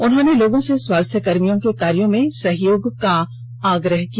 उन्होंने लोगों से स्वास्थ्यकर्मियों के कार्यों में सहयोग करने का आग्रह किया